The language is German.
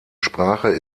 sprache